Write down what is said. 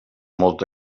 molta